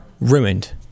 ruined